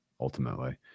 ultimately